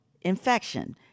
infection